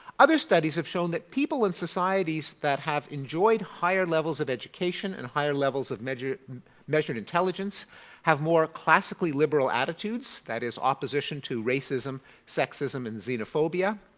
other studies have shown that people and societies that have enjoyed higher levels of education and higher levels of measured measured intelligence have more classically liberal attitudes. that is, opposition to racism, sexism and xenophobia.